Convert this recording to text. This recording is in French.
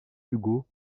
ugo